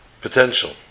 potential